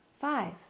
Five